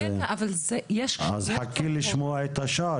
אז חכי לשמוע את השאר,